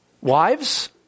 Wives